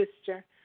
sister